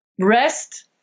rest